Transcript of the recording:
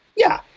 yeah.